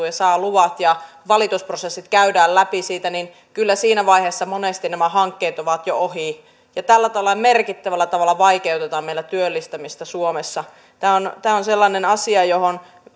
ja yritys on saanut luvat ja valitusprosessit käytyä läpi niin kyllä siinä vaiheessa monesti nämä hankkeet ovat jo ohi ja tällä tavalla merkittävällä tavalla vaikeutetaan meillä työllistämistä suomessa tämä on tämä on sellainen asia